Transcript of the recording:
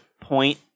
point